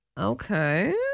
Okay